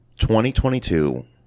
2022